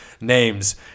names